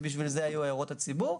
ובשביל זה היו הערות הציבור.